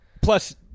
plus